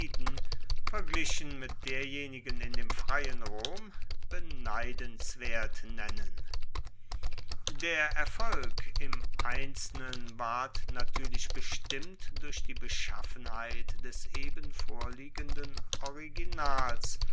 verglichen mit derjenigen in dem freien rom beneidenswert nennen der erfolg im einzelnen ward natuerlich bestimmt durch die beschaffenheit des eben vorliegenden originals